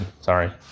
sorry